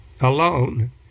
alone